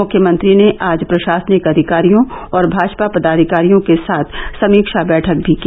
मुख्यमंत्री ने आज प्रशासनिक अधिकारियों और भाजपा पदाधिकारियों के साथ समीक्षा बैठक भी की